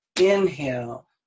Inhale